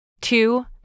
Two